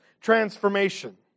transformation